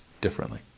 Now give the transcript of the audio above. differently